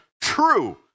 True